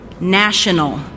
national